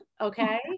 Okay